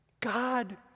God